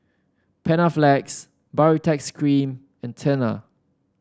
Panaflex Baritex Cream and Tena